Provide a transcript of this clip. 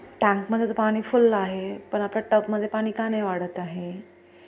टँकमध्ये तर पाणी फुल आहे पण आपल्या टबमध्ये पाणी का नाही वाढत आहे